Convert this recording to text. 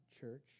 church